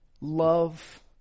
love